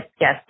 yes